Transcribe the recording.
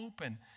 open